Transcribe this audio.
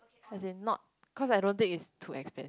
as in not cause I don't think it's too expen~